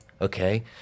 okay